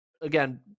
again